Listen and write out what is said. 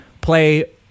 play